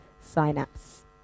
synapse